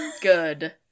Good